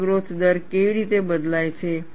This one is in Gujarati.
ક્રેક ગ્રોથ દર કેવી રીતે બદલાય છે